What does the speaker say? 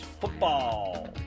football